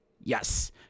Yes